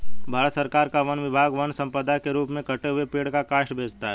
भारत सरकार का वन विभाग वन सम्पदा के रूप में कटे हुए पेड़ का काष्ठ बेचता है